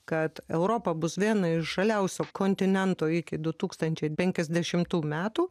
kad europa bus viena iš žaliausių kontinentų iki du tūkstančiai penkiasdešimtų metų